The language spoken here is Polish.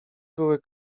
były